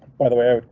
by the way,